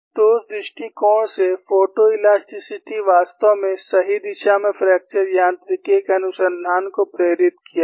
तो उस दृष्टिकोण से फोटोइलास्टिसिटी वास्तव में सही दिशा में फ्रैक्चर यांत्रिकी के अनुसंधान को प्रेरित किया है